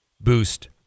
boost